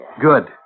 Good